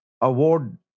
award